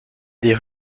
des